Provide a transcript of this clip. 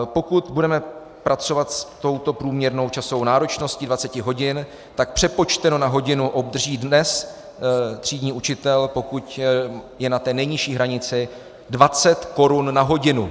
Pokud budeme pracovat s touto průměrnou časovou náročností 20 hodin, tak přepočteno na hodinu obdrží dnes třídní učitel, pokud je na té nejnižší hranici, 20 korun na hodinu.